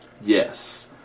yes